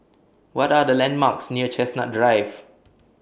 What Are The landmarks near Chestnut Drive